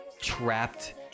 trapped